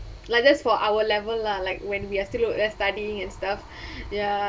like just for our level lah like when we are still look less studying and stuff ya